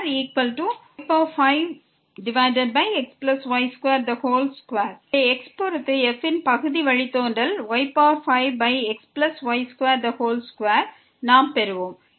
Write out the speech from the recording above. xy2y3 xy31xy22y5xy22 எனவே x பொறுத்து f ன் பகுதி வழித்தோன்றல் y5xy22ஐ நாம் பெறுவோம்